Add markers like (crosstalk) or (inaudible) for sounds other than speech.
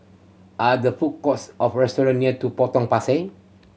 are there food courts of restaurant near (unintelligible) Potong Pasir